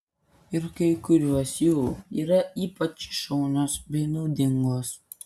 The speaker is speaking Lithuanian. ir kai kurios jų yra ypač šaunios bei naudingos